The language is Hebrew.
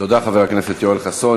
תודה, חבר הכנסת יואל חסון.